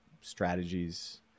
strategies